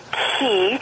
key